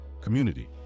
community